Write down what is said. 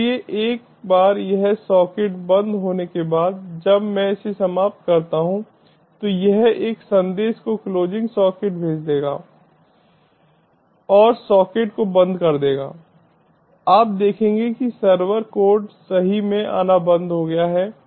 इसलिए एक बार यह सॉकेट बंद होने के बाद जब मैं इसे समाप्त करता हूं तो यह एक संदेश को क्लोजिंग सॉकेट भेज देगा और सॉकेट को बंद कर देगा आप देखेंगे कि सर्वर कोड सही में आना बंद हो गया है